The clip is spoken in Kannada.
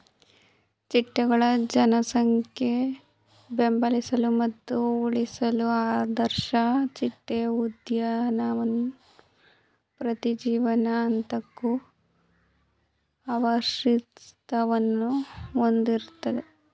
ಚಿಟ್ಟೆಗಳ ಜನಸಂಖ್ಯೆ ಬೆಂಬಲಿಸಲು ಮತ್ತು ಉಳಿಸಲು ಆದರ್ಶ ಚಿಟ್ಟೆ ಉದ್ಯಾನವು ಪ್ರತಿ ಜೀವನ ಹಂತಕ್ಕೂ ಆವಾಸಸ್ಥಾನವನ್ನು ಹೊಂದಿರ್ತದೆ